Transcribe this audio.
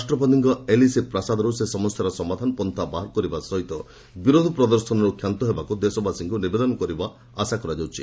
ରାଷ୍ଟ୍ରପତିଙ୍କ ଏଲିସି ପ୍ରାସାଦରୁ ସେ ସମସ୍ୟାର ସମାଧାନ ପନ୍ଥା ବାହାର କରିବା ସହ ବିରୋଧ ପ୍ରଦର୍ଶନରୁ କ୍ଷାନ୍ତ ହେବାକୁ ଦେଶବାସୀଙ୍କୁ ନିବେଦନ କରିବା ଆଶା କରାଯାଉଛି